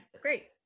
Great